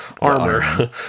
armor